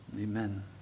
amen